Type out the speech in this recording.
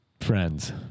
friends